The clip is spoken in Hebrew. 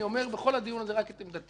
אני אומר בכל הדיון הזה רק את עמדתי.